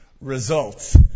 Results